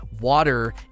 water